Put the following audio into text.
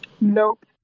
Nope